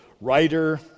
writer